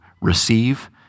receive